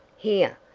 here,